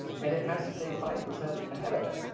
and it has to stay five percent ahead of it.